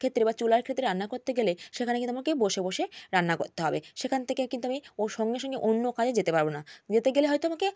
ক্ষেত্রে বা চুলার ক্ষেত্রে রান্না করতে গেলে সেখানে কিন্তু আমাকে বসে বসে রান্না করতে হবে সেখান থেকে কিন্তু আমি ও সঙ্গে সঙ্গে অন্য কাজে যেতে পারবো না যেতে গেলে হয়তো আমাকে